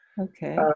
Okay